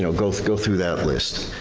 know, go go through that list.